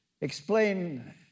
explain